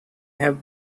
have